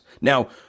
Now